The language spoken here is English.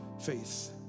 faith